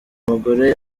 mugore